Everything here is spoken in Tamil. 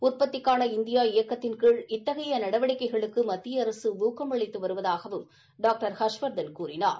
உற்பத்திக்கான இந்தியா இயக்கத்தின் கீழ் இத்தகைய நடவடிக்கைகளுக்கு மத்திய அரசு ஊக்கம் அளித்து வருவதாகவும் டாக்டர் ஹர்ஷவர்தன் கூறினார்